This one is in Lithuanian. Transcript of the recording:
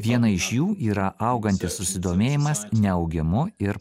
viena iš jų yra augantis susidomėjimas neaugimu ir